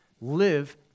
live